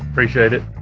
appreciate it.